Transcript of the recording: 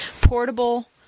Portable